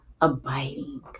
abiding